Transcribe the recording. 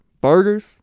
burgers